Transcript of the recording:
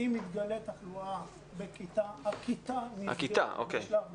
אם תתגלה תחלואה בכיתה, הכיתה נסגרת בשלב ראשון.